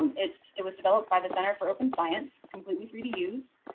um it's. it was developed by the center for open science. it's completely free to use.